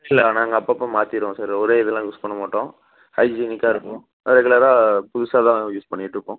இல்லை நாங்கள் அப்பப்போ மாத்திடுவோம் சார் ஒரே இதலாம் யூஸ் பண்ண மாட்டோம் ஹைஜீனிக்காக இருக்கும் ரெகுலராக புதுசாக தான் யூஸ் நாங்கள் பண்ணிட்டிருக்கோம்